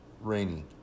rainy